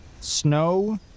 Snow